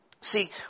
See